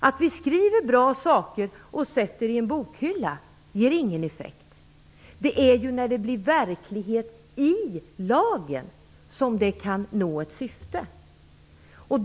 Att vi skriver bra saker som vi sedan sätter i en bokhylla ger ingen effekt. Det är ju när det blir verklighet i lagen som det kan nå ett syfte.